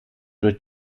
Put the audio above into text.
durch